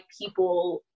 people